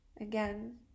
again